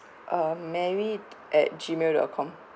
uh married at gmail dot com